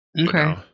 Okay